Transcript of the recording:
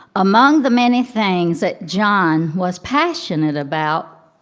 among the many things that john was passionate about,